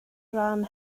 ran